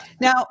Now